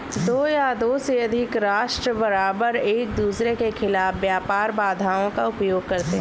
दो या दो से अधिक राष्ट्र बारबार एकदूसरे के खिलाफ व्यापार बाधाओं का उपयोग करते हैं